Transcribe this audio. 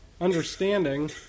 understanding